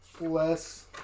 less